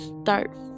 start